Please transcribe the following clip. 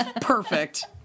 Perfect